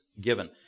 given